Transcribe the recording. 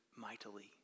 mightily